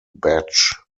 batch